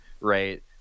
right